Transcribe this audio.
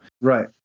Right